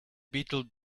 beetle